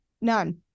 none